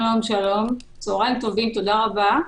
שלום, צוהריים טובים, תודה רבה.